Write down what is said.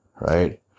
right